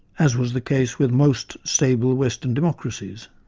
as was the case with most stable western democracies.